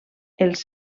els